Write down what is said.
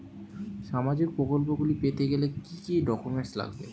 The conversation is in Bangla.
সামাজিক প্রকল্পগুলি পেতে গেলে কি কি ডকুমেন্টস লাগবে?